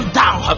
down